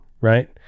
right